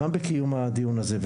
גם בקיום הדיון הזה,